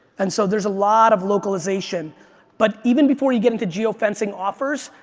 and so there's a lot of localization but even before you get into geo-fencing offers,